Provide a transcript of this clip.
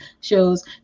shows